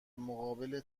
مقابل